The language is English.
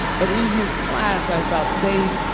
but in his class, i felt safe,